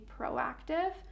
proactive